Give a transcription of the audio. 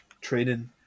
training